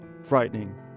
frightening